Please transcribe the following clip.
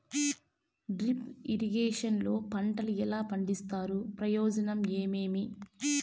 Drip irrigation లో పంటలు ఎలా పండిస్తారు ప్రయోజనం ఏమేమి?